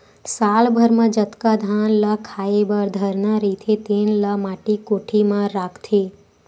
साल भर म जतका धान ल खाए बर धरना रहिथे तेन ल माटी कोठी म राखथे